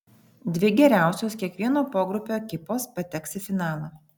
dvi geriausios kiekvieno pogrupio ekipos pateks į finalą